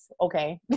Okay